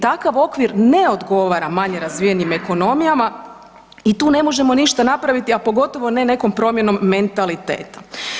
Takav okvir ne odgovara manje razvijenim ekonomijama i tu ne možemo ništa napraviti, a pogotovo ne nekom promjenom mentaliteta.